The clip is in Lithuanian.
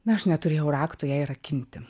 na aš neturėjau rakto jai rakinti